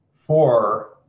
four